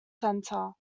center